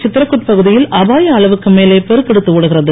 சித்ரகுட் பகுதியில் அபாய அளவுக்கு மேலே பெருக்கெடுத்து ஒடுகிறது